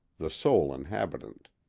the sole inhabitant.